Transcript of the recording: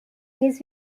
his